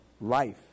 Life